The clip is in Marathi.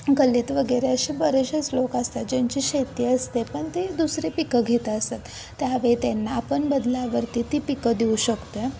गल्लीत वगैरे असे बरेसेच लोक असतात ज्यांची शेती असते पण ते दुसरे पिकं घेत असतात त्यावेळी त्यांना आपण बदलावरती ती पिकं देऊ शकतो आहे